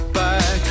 back